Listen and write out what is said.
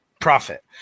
profit